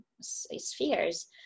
spheres